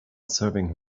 serving